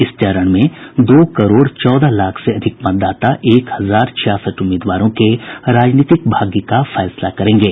इस चरण में दो करोड चौदह लाख से अधिक मतदाता एक हजार छियासठ उम्मीदवारों के राजनीतिक भाग्य का फैसला करेंगे